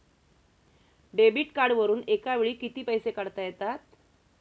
Debit कार्डवरुन एका वेळी किती पैसे काढता येतात?